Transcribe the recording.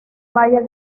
valle